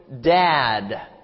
dad